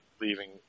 leaving